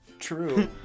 true